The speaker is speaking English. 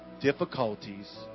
difficulties